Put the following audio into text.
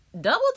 double